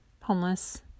homeless